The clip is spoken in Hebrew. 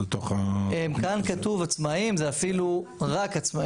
כאן כתוב עצמאיים, זה אפילו רק עצמאיים.